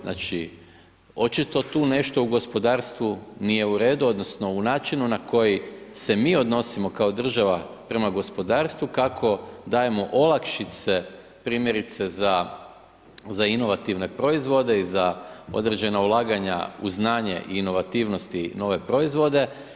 Znači, očito tu nešto u gospodarstvu nije u redu, odnosno, u načinu na koji se mi odnosimo kao država prema gospodarstvu, kako dajemo olakšice, primjerice za inovativne proizvode i za određena ulaganja u znanja i inovativnosti na ove proizvode.